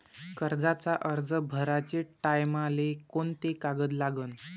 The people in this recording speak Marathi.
कर्जाचा अर्ज भराचे टायमाले कोंते कागद लागन?